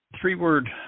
three-word